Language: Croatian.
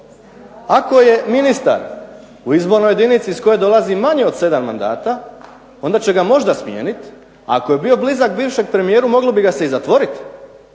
Ako je ministar u izbornoj jedinici iz koje dolazi manje od 7 mandata onda će ga možda smijeniti. Ako je bio blizak bivšem premijeru moglo bi ga se i zatvoriti.